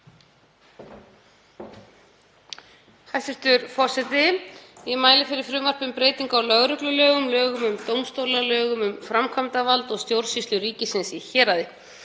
Hæstv. forseti. Ég mæli fyrir frumvarpi um breytingu á lögreglulögum, lögum um dómstóla, lögum um framkvæmdarvald og stjórnsýslu ríkisins í héraði.